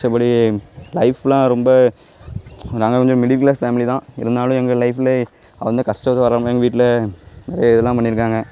மித்தபடி லைஃப்பெலாம் ரொம்ப நாங்கள் கொஞ்சம் மிடில் க்ளாஸ் ஃபேம்லி தான் இருந்தாலும் எங்கள் லைஃப்பிலே அது வந்து கஷ்டத்து வர மாதிரி எங்கள் வீட்டில் நிறைய இதெல்லாம் பண்ணியிருக்காங்க